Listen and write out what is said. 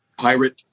pirate